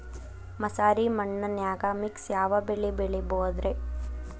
ಮಸಾರಿ ಮಣ್ಣನ್ಯಾಗ ಮಿಕ್ಸ್ ಯಾವ ಬೆಳಿ ಬೆಳಿಬೊದ್ರೇ?